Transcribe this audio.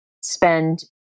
spend